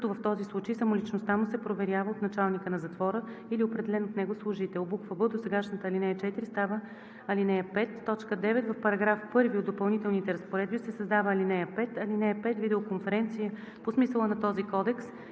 като в този случай самоличността му се проверява от началника на затвора или определен от него служител.“; б) досегашната ал. 4 става ал. 5. 9. В § 1 от Допълнителните разпоредби се създава ал. 5: „(5) „Видеоконференция“ по смисъла на този кодекс